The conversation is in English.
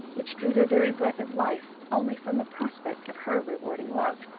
which drew their very breath of life, only from the prospect of her rewarding love!